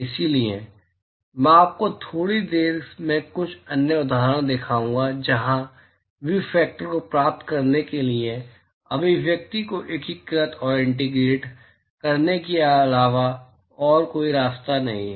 इसलिए मैं आपको थोड़ी देर में कुछ अन्य उदाहरण दिखाऊंगा जहां व्यू फैक्टर्स को प्राप्त करने के लिए अभिव्यक्ति को एकीकृत करने के अलावा और कोई रास्ता नहीं है